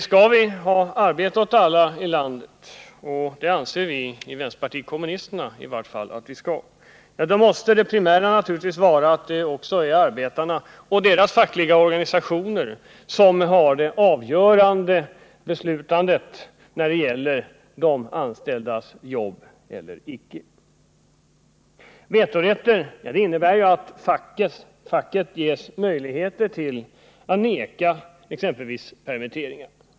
Skall vi ha arbete åt alla i landet — och det anser vi i vänsterpartiet kommunisterna i vart fall att vi skall ha — måste det primära naturligtvis också vara att det är arbetarna och deras fackliga organisationer som har det avgörande beslutet när det gäller jobbeller icke för de anställda. Vetorätten innebär ju att facket ges möjligheter att säga nej exempelvis till permitteringar.